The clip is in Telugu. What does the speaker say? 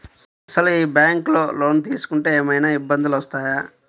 అసలు ఈ బ్యాంక్లో లోన్ తీసుకుంటే ఏమయినా ఇబ్బందులు వస్తాయా?